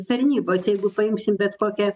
tarnybos jeigu paimsim bet kokią